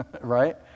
right